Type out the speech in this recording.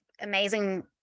amazing